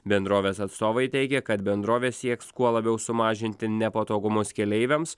bendrovės atstovai teigia kad bendrovė sieks kuo labiau sumažinti nepatogumus keleiviams